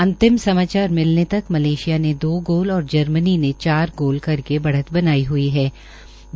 अंतिम समाचार मिलने तक मलेशिया ने दो गोल और जर्मनी ने चार गोल करके बढ़त बनाई हई हे